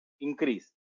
increase